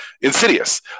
Insidious